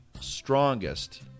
strongest